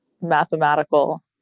mathematical